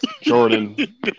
Jordan